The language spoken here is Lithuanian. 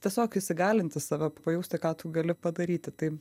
tiesiog įsigalinti save pajausti ką tu gali padaryti tai